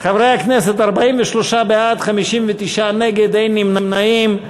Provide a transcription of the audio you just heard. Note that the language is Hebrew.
חברי הכנסת, 43 בעד, 59 נגד, אין נמנעים.